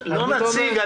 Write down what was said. נציג.